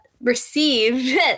receive